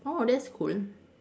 oh that's cool